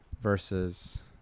versus